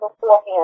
beforehand